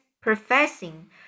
professing